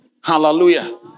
Hallelujah